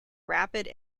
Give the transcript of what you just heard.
rapid